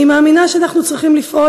אני מאמינה שאנחנו צריכים לפעול,